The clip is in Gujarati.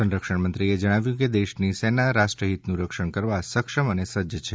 સંરક્ષણમંત્રીએ જણાવ્યું કે દેશની સેના રાષ્ટ્રહિતનું રક્ષણ કરવા સક્ષમ અને સજ્જ છે